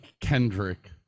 Kendrick